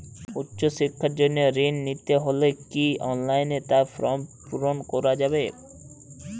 উচ্চশিক্ষার জন্য ঋণ নিতে হলে কি অনলাইনে তার ফর্ম পূরণ করা যাবে?